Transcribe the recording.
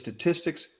statistics